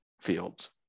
fields